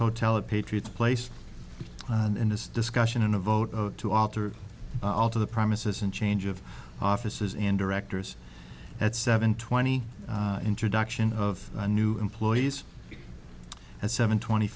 hotel a patriot's place and this discussion and a vote to alter alter the promises and change of offices and directors at seven twenty introduction of the new employees seven twenty